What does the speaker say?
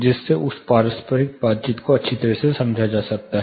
जिससे उस पारस्परिक बातचीत को अच्छी तरह से समझा जा सकता है